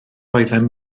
oeddem